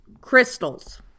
Crystals